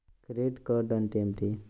Credit card అంటే ఏమిటి?